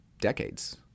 decades